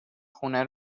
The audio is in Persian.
خونه